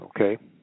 Okay